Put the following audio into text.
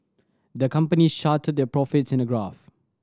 the company their profits in a graph